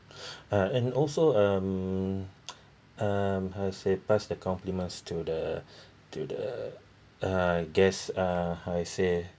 uh and also um how to say pass the compliments to the to the uh guest uh how I say